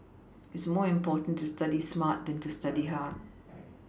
it is more important to study smart than to study hard